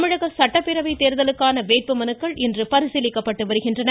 தமிழக சட்டப்பேரவை தேர்தலுக்கான வேட்புமனுக்கள் இன்று பரிசீலிக்கப்பட்டு வருகின்றன